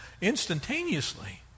instantaneously